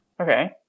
Okay